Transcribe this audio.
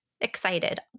Excited